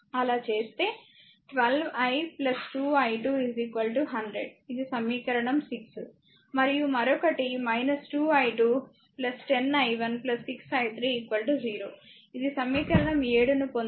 అలా చేస్తే 12 i 2 i2 100 ఇది సమీకరణం 6 మరియు మరొకటి 2 i2 10 i1 6 i3 0 ఇది సమీకరణం 7 ను పొందుతారు